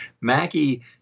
Mackie